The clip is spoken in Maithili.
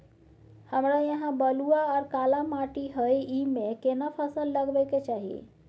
हमरा यहाँ बलूआ आर काला माटी हय ईमे केना फसल लगबै के चाही?